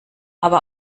aber